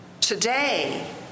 Today